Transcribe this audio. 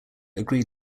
agreed